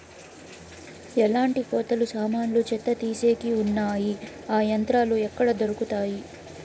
ఎట్లాంటి కోతలు సామాన్లు చెత్త తీసేకి వున్నాయి? ఆ యంత్రాలు ఎక్కడ దొరుకుతాయి?